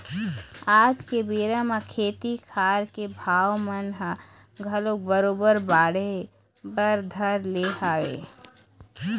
आज के बेरा म खेती खार के भाव मन ह घलोक बरोबर बाढ़े बर धर ले हवय